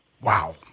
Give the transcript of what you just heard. Wow